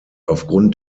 aufgrund